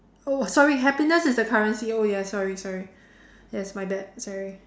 oh sorry happiness is the currency oh ya sorry sorry yes my bad sorry